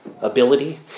ability